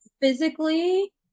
physically